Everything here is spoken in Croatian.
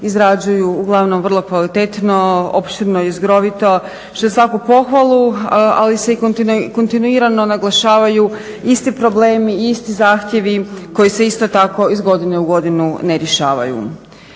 izrađuju uglavnom vrlo kvalitetno, opširno i jezgrovito što je za svaku pohvalu, ali se i kontinuirano naglašavaju isti problemi i isti zahtjevi koji se isto tako iz godine u godinu ne rješavaju.